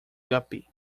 guppy